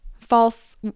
false